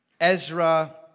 Ezra